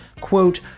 Quote